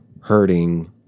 hurting